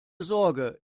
sorge